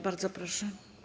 Bardzo proszę.